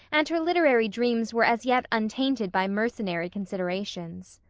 and her literary dreams were as yet untainted by mercenary considerations.